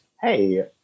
hey